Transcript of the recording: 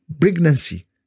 pregnancy